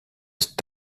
ist